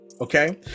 Okay